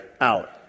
out